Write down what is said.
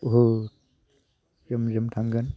बहुत जोम जोम थांगोन